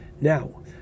Now